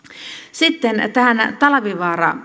sitten tähän talvivaara